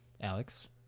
Alex